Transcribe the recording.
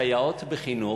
סייעות בחינוך,